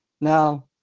now